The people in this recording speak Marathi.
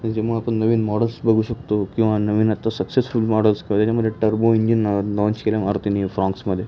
जेव्हा आपण नवीन मॉडल्स बघू शकतो किंवा नवीन आत्ता सक्सेसफुल मॉडल्स त्याच्यामध्ये टर्बो इंजिन लाँच केलं आहे मारुतीने फॉंक्समध्ये